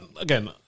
again